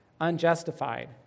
unjustified